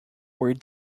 were